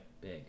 Big